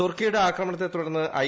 തുർക്കിയുടെ ആക്രമണത്തെ തുടർന്ന് ഐ